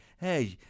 hey